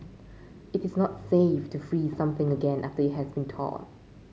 it is not safe to freeze something again after it has been thawed